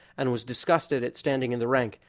and was disgusted at standing in the rank,